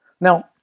Now